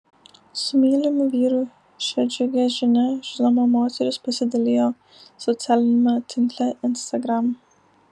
su mylimu vyru šia džiugia žinia žinoma moteris pasidalijo socialiniame tinkle instagram